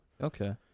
Okay